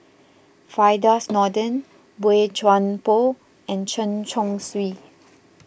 Firdaus Nordin Boey Chuan Poh and Chen Chong Swee